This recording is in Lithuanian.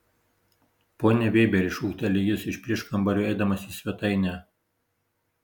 pone vėberi šūkteli jis iš prieškambario eidamas į svetainę